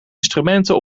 instrumenten